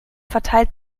verteilt